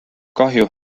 kahju